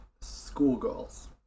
schoolgirls